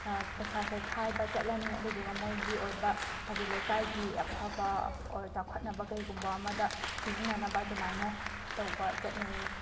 ꯄꯩꯁꯥꯁꯦ ꯈꯥꯏꯕ ꯆꯠꯂꯅꯤ ꯑꯗꯨꯗꯨꯒ ꯃꯣꯏꯒꯤ ꯑꯣꯏꯕ ꯍꯥꯏꯗꯤ ꯂꯩꯀꯥꯏꯒꯤ ꯑꯐꯕ ꯑꯣꯔ ꯆꯥꯎꯈꯠꯅꯕ ꯀꯩꯒꯨꯝꯕ ꯑꯃꯗ ꯁꯤꯖꯤꯟꯅꯅꯕ ꯑꯗꯨꯃꯥꯏꯅ ꯇꯧꯕ ꯆꯠꯅꯩꯌꯦ